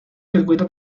circuitos